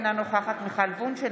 אינה נוכחת מיכל וונש,